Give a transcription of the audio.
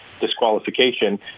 disqualification